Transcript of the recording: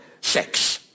sex